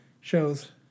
shows